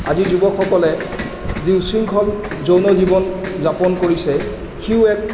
আজিৰ যুৱকসকলে যি উশৃংখল যৌন জীৱন যাপন কৰিছে সিও এক